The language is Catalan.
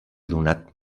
donat